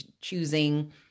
choosing